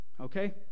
okay